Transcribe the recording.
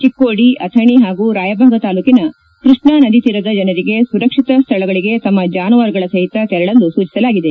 ಚಿಕ್ಕೋಡಿ ಅಥಣಿ ಹಾಗೂ ರಾಯಭಾಗ ತಾಲೂಕನ ಕೃಷ್ಣಾ ನದಿ ತೀರದ ಜನರಿಗೆ ಸುರಕ್ಷಿತ ಸ್ಥಳಗಳಿಗೆ ತಮ್ಮ ಜಾನುವಾರಗಳ ಸಹಿತ ಸಾಗಲು ಸೂಚಿಸಲಾಗಿದೆ